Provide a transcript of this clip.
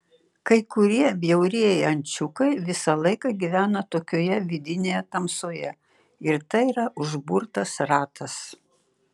kai kurie bjaurieji ančiukai visą laiką gyvena tokioje vidinėje tamsoje ir tai yra užburtas ratas